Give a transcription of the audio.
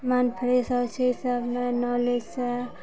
मन फ्रेश होइ छै ईसब मे नॉलेज सँ